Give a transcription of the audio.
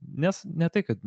nes ne tai kad